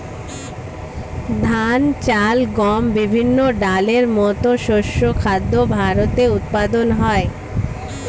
ধান, চাল, গম, বিভিন্ন ডালের মতো শস্য খাদ্য ভারতে উৎপাদন হয়